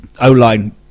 O-line